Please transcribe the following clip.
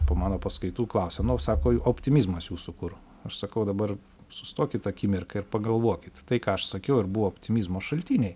po mano paskaitų klausia nu sako optimizmas jūsų kur aš sakau dabar sustokit akimirką ir pagalvokit tai ką aš sakiau ir buvo optimizmo šaltiniai